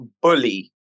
bully